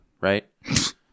right